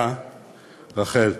רחל: